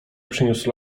przyniósł